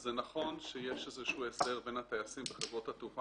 זה נכון שיש איזשהו הסדר בין הטייסים בחברות התעופה